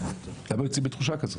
איך אנחנו יוצאים בתחושה כזו?